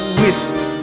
whiskey